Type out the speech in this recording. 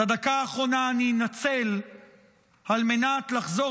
את הדקה האחרונה אני אנצל על מנת לחזור